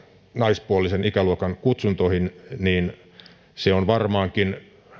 naispuolisen ikäluokan kutsuntoihin niin se on varmaankin